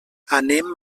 anem